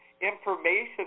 information